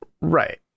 Right